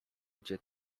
gdzie